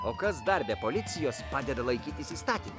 o kas dar be policijos padeda laikytis įstatymų